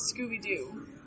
scooby-doo